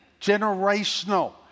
Generational